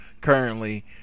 currently